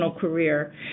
career